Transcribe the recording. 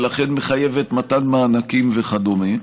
ולכן מחייבת מתן מענקים וכדומה.